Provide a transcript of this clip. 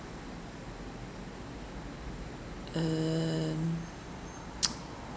uh